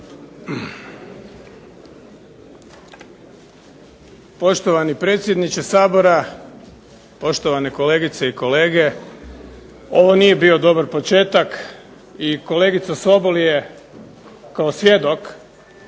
Poštovani predsjedniče Sabora, poštovane kolegice i kolege. Ovo nije dobar početak i kolegica Sobol je kao svjedok